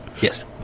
yes